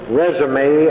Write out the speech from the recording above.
resume